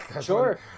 Sure